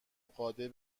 قادر